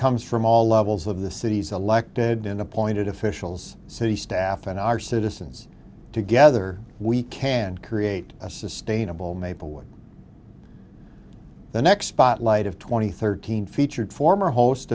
comes from all levels of the city's elected and appointed officials so you staff and our citizens together we can create a sustainable maplewood the next spotlight of twenty thirteen featured former host